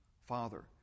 Father